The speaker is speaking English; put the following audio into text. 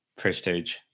prestige